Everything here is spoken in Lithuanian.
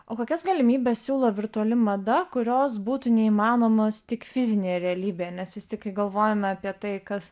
o kokias galimybes siūlo virtuali mada kurios būtų neįmanomos tik fizinėje realybėje nes visi kai galvojame apie tai kas